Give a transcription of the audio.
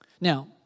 Now